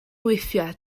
weithiau